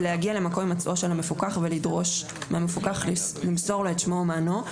זה להגיע למקום הימצאו של המפוקח ולדרוש מהמפוקח למסור לו את שמו ומענו.